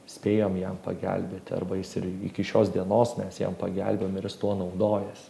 spėjom jam pagelbėti arba jis ir iki šios dienos mes jam pagelbėjom ir jis tuo naudojasi